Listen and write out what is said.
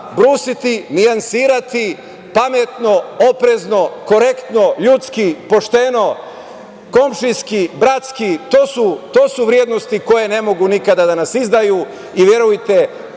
brusiti, nijansirati pametno, oprezno, korektno, ljudski, pošteno, komšijski, bratski. To su vrednosti koje ne mogu nikada na nas izdaju i verujte